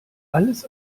alles